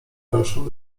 dalszą